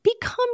become